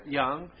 young